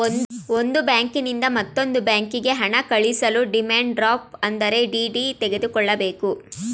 ಒಂದು ಬ್ಯಾಂಕಿನಿಂದ ಮತ್ತೊಂದು ಬ್ಯಾಂಕಿಗೆ ಹಣ ಕಳಿಸಲು ಡಿಮ್ಯಾಂಡ್ ಡ್ರಾಫ್ಟ್ ಅಂದರೆ ಡಿ.ಡಿ ತೆಗೆದುಕೊಳ್ಳಬೇಕು